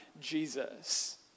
Jesus